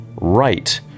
right